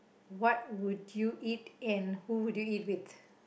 what would you eat and who do you eat with